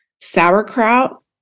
sauerkraut